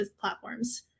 platforms